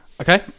okay